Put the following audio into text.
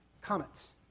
Comets